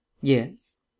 yes